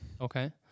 Okay